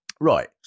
Right